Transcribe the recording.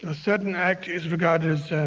ah certain act is regarded as